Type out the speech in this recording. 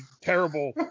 terrible